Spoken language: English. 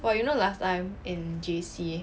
!wah! you know last time in J_C